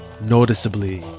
noticeably